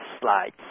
slides